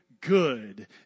good